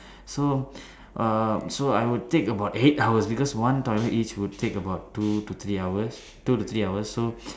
so um so I would take about eight hours because one toilet each would take about two to three hours two to three hours so